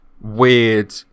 weird